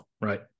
right